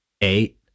eight